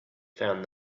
found